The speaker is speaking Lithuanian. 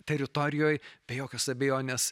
teritorijoj be jokios abejonės